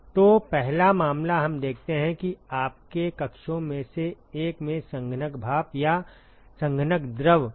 तो पहला मामला हम देखते हैं कि आपके कक्षों में से एक में संघनक भाप या संघनक द्रव कहां है